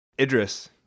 idris